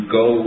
go